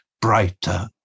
brighter